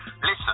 Listen